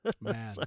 Man